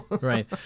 Right